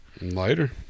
Later